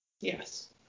Yes